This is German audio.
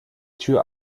tür